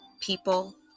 people